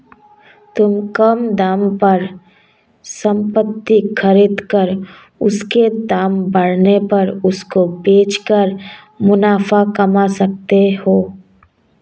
तुम कम दाम पर संपत्ति खरीद कर उसके दाम बढ़ने पर उसको बेच कर मुनाफा कमा सकते हो